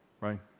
right